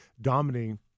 dominating